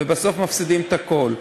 ובסוף מפסידים את הכול.